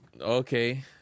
Okay